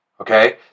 Okay